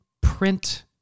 print